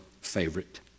favorite